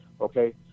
Okay